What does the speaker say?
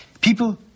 People